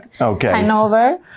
okay